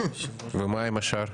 ומה עם השאר?